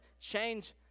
change